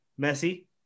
Messi